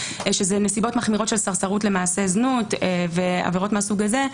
שזה נסיבות מחמירות של ספסרות למעשה זנות ועבירות מהסוג הזה,